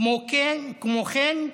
כמו כן,